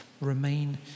Remain